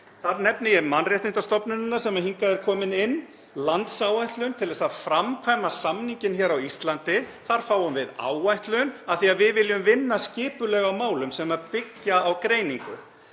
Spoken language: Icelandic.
Þar nefni ég mannréttindastofnunina sem hingað er komin inn, landsáætlun til að framkvæma samninginn á Íslandi en þar fáum við áætlun af því að við viljum vinna skipulega að málum sem byggja á greiningu,